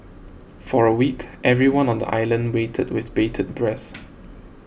for a week everyone on the island waited with bated breath